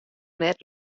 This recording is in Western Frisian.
net